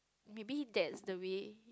maybe that's the way